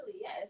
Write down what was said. yes